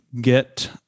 get